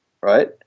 right